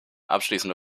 abschließende